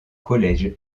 collège